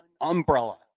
umbrella